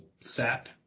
SAP